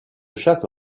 chaque